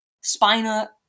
spina